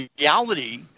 reality